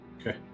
Okay